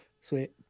Sweet